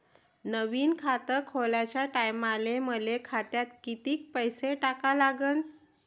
नवीन खात खोलाच्या टायमाले मले खात्यात कितीक पैसे टाका लागन?